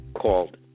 called